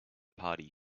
party